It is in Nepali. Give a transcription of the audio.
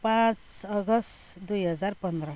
पाँच अगस्ट दुई हजार पन्ध्र